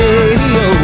Radio